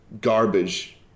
garbage